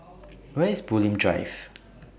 Where IS Bulim Drive